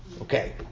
Okay